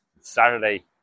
Saturday